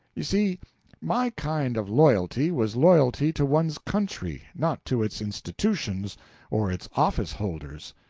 you see my kind of loyalty was loyalty to one's country, not to its institutions or its office-holders.